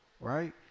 right